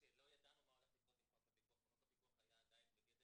שלא ידענו מה הולך לקרות עם חוק הפיקוח שהיה עדיין בגדר